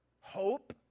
Hope